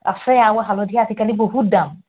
আছে আৰু হালধি আজিকালি বহুত দাম